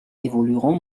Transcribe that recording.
évolueront